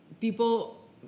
people